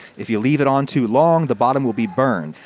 if you leave it on too long, the bottom will be burned.